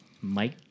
Mike